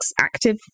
active